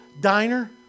diner